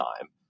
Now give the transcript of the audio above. time